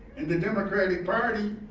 in the democratic party,